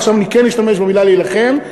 ועכשיו אני כן אשתמש במילה להילחם,